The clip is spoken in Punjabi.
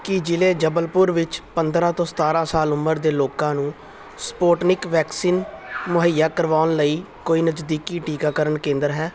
ਕੀ ਜ਼ਿਲ੍ਹੇ ਜਬਲਪੁਰ ਵਿੱਚ ਪੰਦਰਾਂ ਤੋਂ ਸਤਾਰਾਂ ਸਾਲ ਉਮਰ ਦੇ ਲੋਕਾਂ ਨੂੰ ਸਪੁਟਨਿਕ ਵੈਕਸੀਨ ਮੁਹੱਈਆ ਕਰਵਾਉਣ ਲਈ ਕੋਈ ਨਜ਼ਦੀਕੀ ਟੀਕਾਕਰਨ ਕੇਂਦਰ ਹੈ